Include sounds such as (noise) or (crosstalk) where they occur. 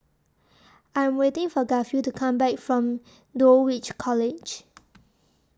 I Am waiting For Garfield to Come Back from Dulwich College (noise)